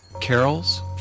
carols